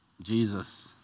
Jesus